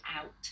out